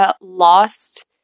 lost